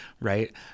Right